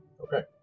Okay